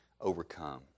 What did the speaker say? overcome